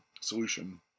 solution